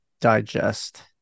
digest